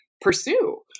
pursue